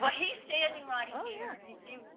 but he's standing right here.